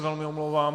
Velmi se omlouvám.